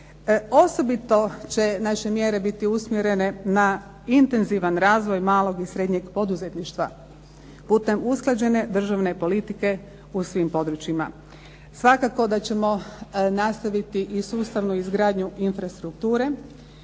Osobito će naše mjere biti usmjerene na intenzivan razvoj malog i srednjeg poduzetništva putem usklađene državne politike u svim područjima. Svakako da ćemo nastaviti i sustavnu izgradnju infrastrukture